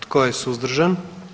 Tko je suzdržan?